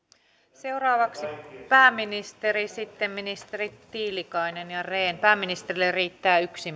seuraavaksi pääministeri sitten ministerit tiilikainen ja rehn pääministerille riittää yksi